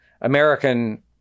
American